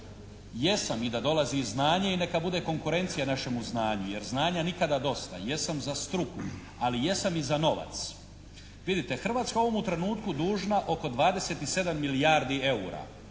Jesam i da dolazi znanje i neka bude konkurencija našem znanju jer znanja nikada dosta. Jesam za struku ali jesam i za novac. Vidite, Hrvatska je u ovome trenutku dužna oko 27 milijardi eura.